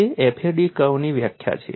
તે FAD કર્વની વ્યાખ્યા છે